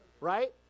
right